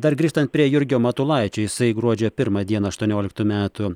dar grįžtant prie jurgio matulaičio jisai gruodžio pirmą dieną aštuonioliktų metų